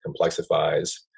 complexifies